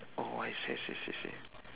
oh I see see see see